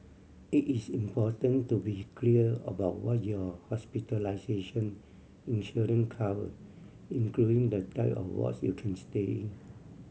it is important to be clear about what your hospitalization insurance cover including the type of wards you can stay in